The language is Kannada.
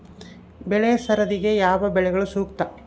ಬೆಳೆ ಸರದಿಗೆ ಯಾವ ಬೆಳೆಗಳು ಸೂಕ್ತ?